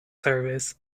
service